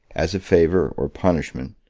as a favor, or punishment,